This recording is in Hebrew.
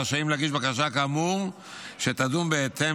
רשאים להגיש בקשה כאמור שתידון בהתאם